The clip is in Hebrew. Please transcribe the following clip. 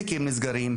תיקים נסגרים,